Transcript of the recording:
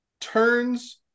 turns